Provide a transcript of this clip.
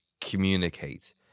communicate